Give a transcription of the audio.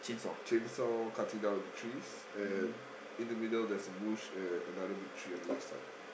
chainsaw cutting down the trees and in the middle there's a bush and another big tree on the left side